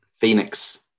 Phoenix